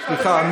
סליחה.